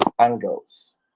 angles